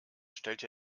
stellt